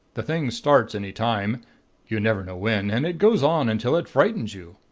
the thing starts any time you never know when, and it goes on until it frightens you.